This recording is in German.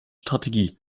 strategie